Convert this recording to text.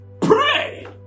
Pray